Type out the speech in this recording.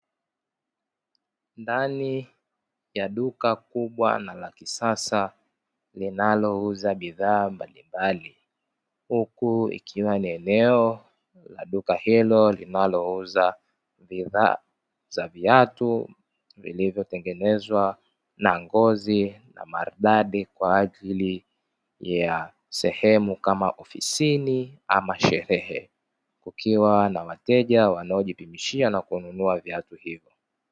Ndani ya duka kubwa na la kisasa linalouza bidhaa mbalimbali huku ikiwa ni eneo la duka hilo linalouza bidhaa za viatu, vilivyotengenezwa na ngozi na maridadi kwa ajili ya sehemu kama offisini ama sherehe, kukiwa na wateja wanaojibishia na kununua viatu hivyo.